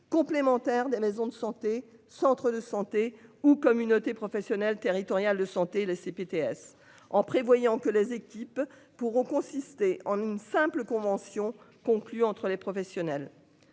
complémentaire des maisons de santé. Centre de santé. T'es où communautés professionnelles territoriales de santé là CPTS en prévoyant que les équipes pourront consister en une simple convention conclue entre les professionnels.